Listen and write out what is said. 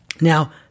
Now